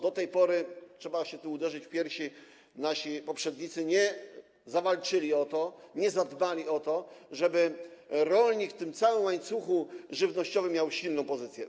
Do tej pory - trzeba się tu uderzyć w piersi - nasi poprzednicy nie zawalczyli o to, nie zadbali o to, żeby rolnik w tym całym łańcuchu żywnościowym miał silną pozycję.